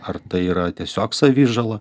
ar tai yra tiesiog savižala